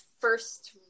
first